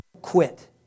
quit